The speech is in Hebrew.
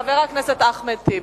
חבר הכנסת אחמד טיבי.